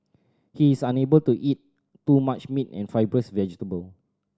he is unable to eat too much meat and fibrous vegetable